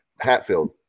Hatfield